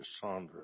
Sandra